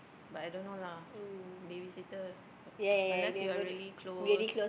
but I don't know lah babysitter unless you are really close